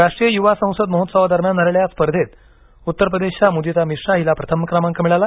राष्ट्रीय युवा संसद महोत्सवादरम्यान झालेल्या स्पर्धेतउत्तर प्रदेशच्या मुदिता मिश्रा हिला प्रथम क्रमांक मिळाला